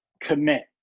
commit